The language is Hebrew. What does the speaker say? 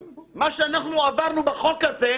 מה שאנחנו עברנו בחוק הזה,